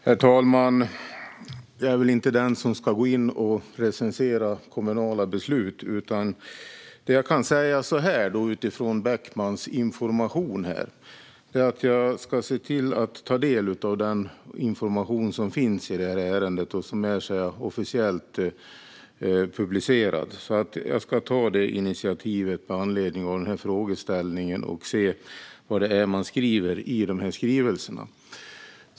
Herr talman! Jag är inte den som ska gå in och recensera kommunala beslut. Det jag kan säga utifrån Beckmans information är att jag ska se till att ta del av den information som finns i ärendet och som är officiellt publicerad. Jag ska ta det initiativet med anledning av frågeställningen och se vad det är man skriver i skrivelserna.